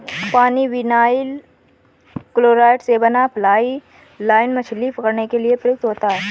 polyvinyl chloride से बना fly line मछली पकड़ने के लिए प्रयुक्त होता है